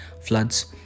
floods